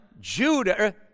Judah